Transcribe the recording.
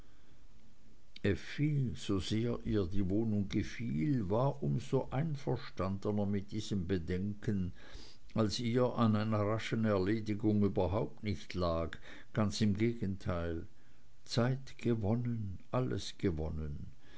so sehr ihr die wohnung gefiel war um so einverstandener mit diesem bedenken als ihr an einer raschen erledigung überhaupt nicht lag ganz im gegenteil zeit gewonnen alles gewonnen